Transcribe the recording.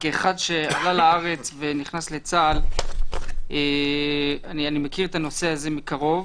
כאחד שעלה לארץ ונכנס לצה"ל אני מכיר את הנושא הזה מקרוב.